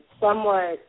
somewhat